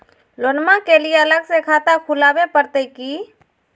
लोनमा के लिए अलग से खाता खुवाबे प्रतय की?